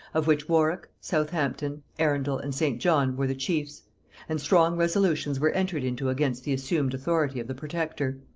of which warwick, southampton, arundel, and st. john, were the chiefs and strong resolutions were entered into against the assumed authority of the protector.